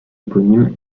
éponyme